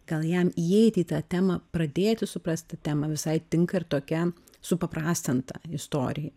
gal jam įeiti į tą temą pradėti suprasti temą visai tinka ir tokia supaprastinta istorija